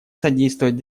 содействовать